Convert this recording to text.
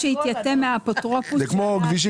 יבוא "או שהתייתם מאפוטרופוס" זה כמו כבישים,